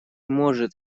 может